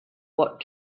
what